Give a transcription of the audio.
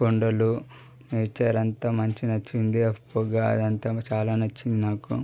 కొండలు నేచర్ అంత మంచిగా నచ్చింది ఆ పొగ అందంతా చాలా నచ్చింది నాకు